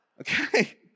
Okay